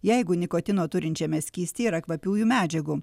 jeigu nikotino turinčiame skystyje yra kvapiųjų medžiagų